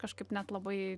kažkaip net labai